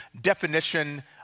definition